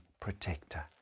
protector